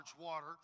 water